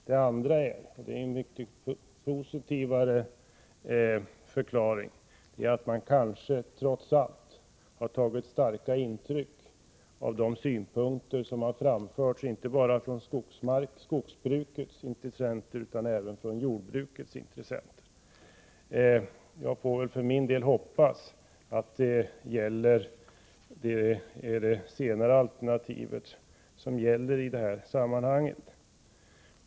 Det andra är — och det är en litet positivare förklaring — att man kanske trots allt har tagit starkt intryck av de synpunkter som framförts inte bara av skogsbrukets intressenter utan även av jordbrukets intressenter. Jag för min del hoppas att det är det senare alternativet som gäller i detta sammanhang.